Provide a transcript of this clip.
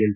L